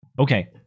Okay